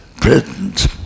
present